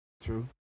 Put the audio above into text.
true